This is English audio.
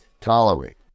tolerate